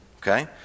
Okay